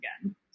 again